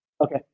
Okay